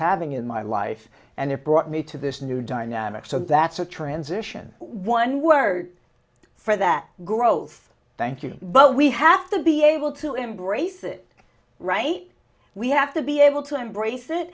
having in my life and it brought me to this new dynamic so that's a transition one word for that growth thank you but we have to be able to embrace it right we have to be able to embrace it